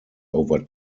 over